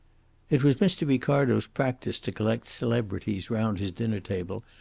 it was mr. ricardo's practice to collect celebrities round his dinner-table,